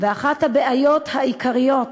ואחת הבעיות העיקריות